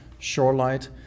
Shorelight